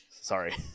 Sorry